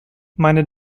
meine